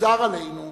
נגזר עלינו,